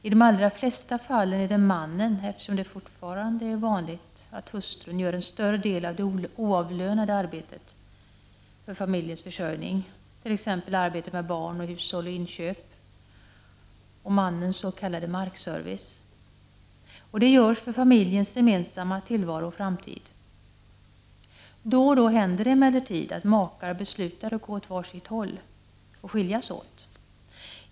I de allra flesta fall är detta mannen, eftersom det fortfarande är vanligt att hustrun utför en större del av det oavlönade arbetet för familjens försörjning, t.ex. arbete med barn, hushåll, inköp och mannens s.k. markservice. Detta görs för familjens gemensamma tillvaro och framtid. Då och då händer det emellertid att makar beslutar att gå åt var sitt håll och skiljas åt.